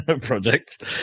project